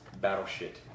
Battleship